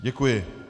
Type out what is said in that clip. Děkuji.